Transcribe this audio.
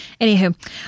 Anywho